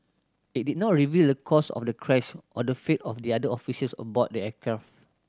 it did not reveal the cause of the crash or the fate of the other officials aboard the aircraft